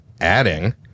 adding